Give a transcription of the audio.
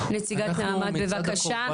נציגת נעמ"ת בבקשה,